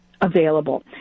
available